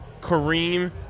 Kareem